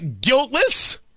guiltless